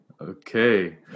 Okay